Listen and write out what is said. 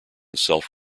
self